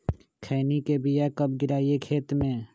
खैनी के बिया कब गिराइये खेत मे?